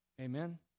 Amen